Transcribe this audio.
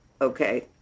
okay